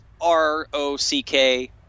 r-o-c-k